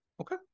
Okay